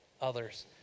others